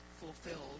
fulfilled